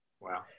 Wow